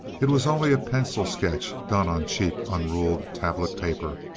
it was only a pencil sketch done on cheap, unruled tablet paper,